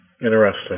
Interesting